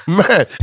man